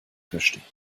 verstehen